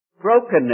Brokenness